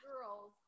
girls